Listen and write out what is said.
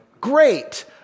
Great